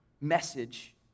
message